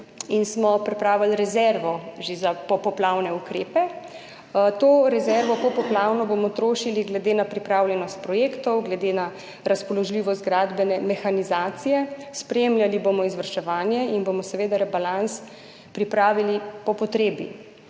in smo pripravili rezervo že za popoplavne ukrepe. To popoplavno rezervo bomo trošili glede na pripravljenost projektov, glede na razpoložljivost gradbene mehanizacije, spremljali bomo izvrševanje in bomo seveda rebalans pripravilipo potrebi.